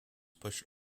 pushed